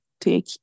Take